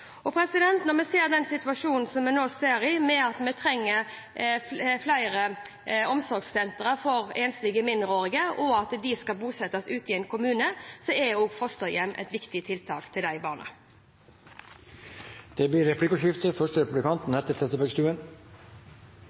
Når vi er i den situasjonen som vi nå er i med at vi trenger flere omsorgssenter for enslige mindreårige, og at de skal bosettes ute i en kommune, er fosterhjem et viktig tiltak for de barna. Det blir replikkordskifte. Når stortingsrepresentantene i denne debatten nevner regjeringens framlagte likestillingsmelding, er det fordi regjeringen for første